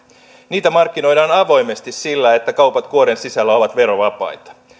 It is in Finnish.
niitä markkinoidaan avoimesti sillä että kaupat kuoren sisällä ovat verovapaita